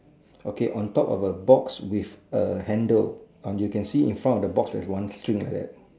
okay on top of a box with a handle and you can see in front of the box there's one string like that